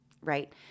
right